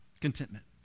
contentment